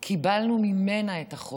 קיבלנו ממנה את החוזק.